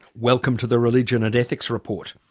welcome to the religion and ethics report.